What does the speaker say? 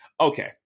okay